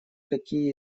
какие